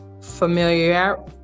familiar